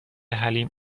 حلیم